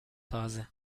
taze